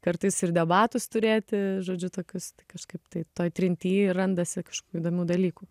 kartais ir debatus turėti žodžiu tokius kažkaip tai toj trinty randasi kažkokių įdomių dalykų